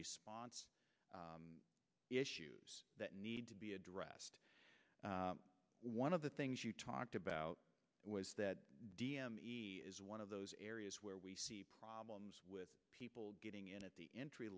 response issues that need to be addressed one of the things you talked about was that d m is one of those areas where we see problems with people getting in at the entry